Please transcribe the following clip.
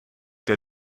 der